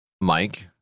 Mike